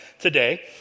today